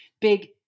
big